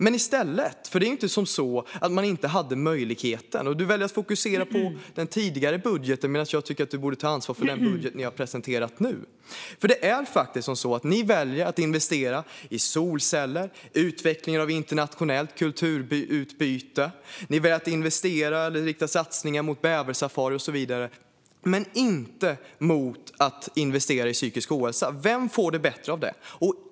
Det är inte som så att man inte hade möjligheten. Du väljer att fokusera på den tidigare budgeten medan jag tycker att du borde ta ansvar för den budget som ni har presenterat nu. Ni väljer att investera i solceller och utvecklingen av internationellt kulturutbyte. Ni väljer att investera och rikta satsningar på bäversafari och så vidare, men inte att investera mot psykiskt ohälsa. Vem får det bättre av det?